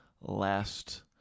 last